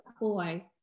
boy